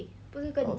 oh